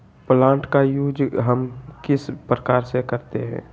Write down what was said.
Plant का use हम किस प्रकार से करते हैं?